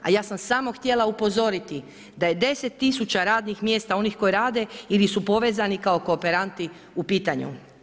A ja sam samo htjela upozoriti da je 10 tisuća radnih mjesta onih koji rade ili su povezani kao kooperanti u pitanju.